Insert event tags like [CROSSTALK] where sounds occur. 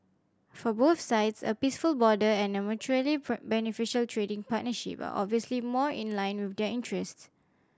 for both sides a peaceful border and a mutually [UNINTELLIGIBLE] beneficial trading partnership are obviously more in line with their interest